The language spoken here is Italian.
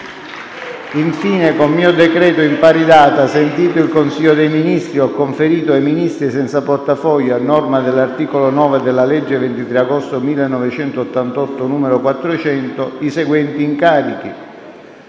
«Infine, con mio decreto in pari data, sentito il Consiglio dei Ministri, ho conferito ai Ministri senza portafoglio, a norma dell'articolo 9 della legge 23 agosto 1988, n. 400, i seguenti incarichi: